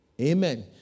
Amen